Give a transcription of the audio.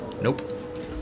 Nope